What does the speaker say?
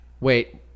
Wait